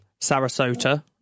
Sarasota